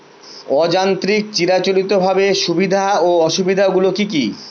অযান্ত্রিক চিরাচরিতভাবে সুবিধা ও অসুবিধা গুলি কি কি?